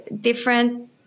different